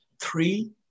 three